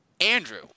Andrew